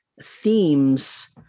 themes